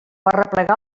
arreplegar